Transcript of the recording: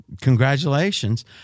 congratulations